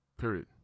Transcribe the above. Period